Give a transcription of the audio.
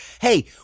Hey